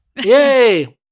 Yay